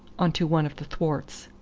on to one of the thwarts.